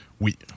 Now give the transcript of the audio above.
Oui